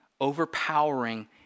overpowering